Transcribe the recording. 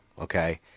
okay